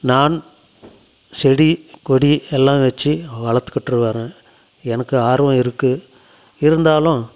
நான் செடி கொடி எல்லாம் வச்சு வளர்த்துகிட்டு வரன் எனக்கு ஆர்வம் இருக்கு இருந்தாலும்